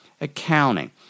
accounting